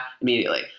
immediately